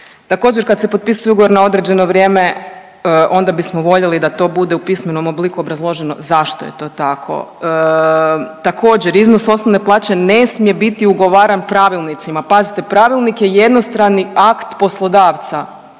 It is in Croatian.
Također kad se potpisuje ugovor na određeno vrijeme onda bismo voljeli da to bude u pismenom obliku obrazloženo zašto je to tako. Također iznos osnovne plaće ne smije biti ugovaran pravilnicima. Pazite pravilnik je jednostrani akt poslodavca.